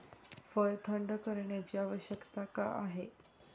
फळ थंड करण्याची आवश्यकता का आहे?